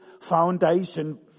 foundation